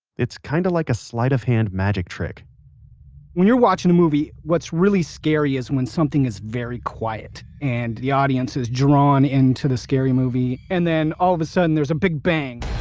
it's kinda kind of like sleight of hand magic trick when you're watching a movie, what's really scary is when something is very quiet, and the audience is drawn into the scary movie, and then all of a sudden there's a big bang,